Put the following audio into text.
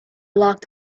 locked